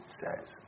says